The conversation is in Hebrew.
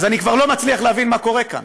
אז אני כבר לא מצליח להבין מה קורה כאן,